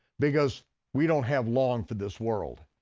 because we don't have long for this world.